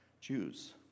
Jews